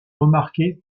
remarquer